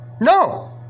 No